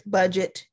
budget